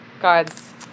God's